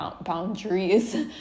boundaries